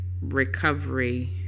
recovery